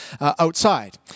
outside